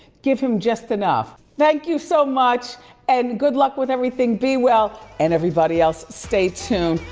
give him just enough. thank you so much and good luck with everything, be well. and everybody else stay tuned,